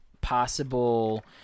possible